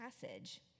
passage